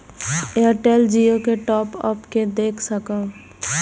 Airtel Jio के top up के देख सकब?